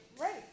right